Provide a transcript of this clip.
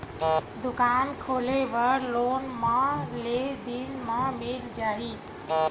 दुकान खोले बर लोन मा के दिन मा मिल जाही?